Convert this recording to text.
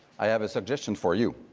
i have a suggestion for you.